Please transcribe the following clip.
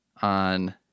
On